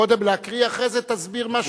קודם להקריא, אחרי זה תסביר מה שתרצה.